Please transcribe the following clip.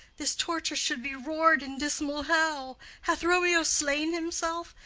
this torture should be roar'd in dismal hell. hath romeo slain himself?